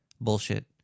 bullshit